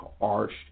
arched